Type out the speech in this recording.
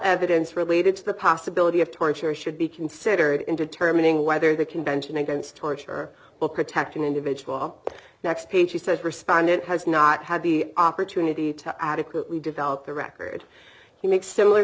evidence related to the possibility of torture should be considered in determining whether the convention against torture will protect an individual the next page he says respondent has not had the opportunity to adequately develop the record he makes similar